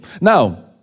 Now